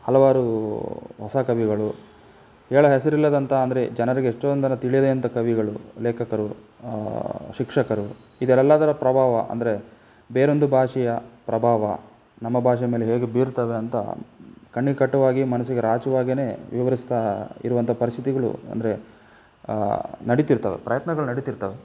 ಹಲವಾರು ಹೊಸ ಕವಿಗಳು ಎಳೆ ಹಸಿರಿಲ್ಲದಂಥ ಅಂದರೆ ಜನರಿಗೆ ಎಷ್ಟೊಂದರ ತಿಳಿಯದೇ ಅಂಥ ಕವಿಗಳು ಲೇಖಕರು ಶಿಕ್ಷಕರು ಇವೆಲ್ಲದರ ಪ್ರಭಾವ ಅಂದರೆ ಬೇರೊಂದು ಭಾಷೆಯ ಪ್ರಭಾವ ನಮ್ಮ ಭಾಷೆ ಮೇಲೆ ಹೇಗೆ ಬೀರ್ತದೆ ಅಂತ ಕಣ್ಣಿಗೆ ಕಟ್ಟುವ ಹಾಗೆ ಮನಸ್ಸಿಗೆ ರಾಚುವ ಹಾಗೆಯೇ ವಿವರಿಸ್ತಾ ಇರುವಂಥ ಪರಿಸ್ಥಿತಿಗಳು ಅಂದರೆ ನಡಿತಿರ್ತವೆ ಪ್ರಯತ್ನಗಳು ನಡಿತಿರ್ತವೆ